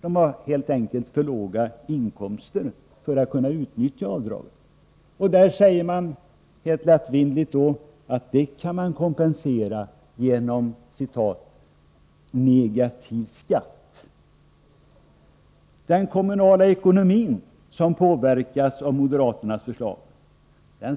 De har helt enkelt för låga inkomster för att kunna utnyttja avdraget. Detta kan kompenseras, hävdar man på ett lättvindigt sätt, genom ”negativ skatt”. Den kommunala ekonomin som påverkas av moderaternas förslag